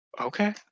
okay